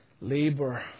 labor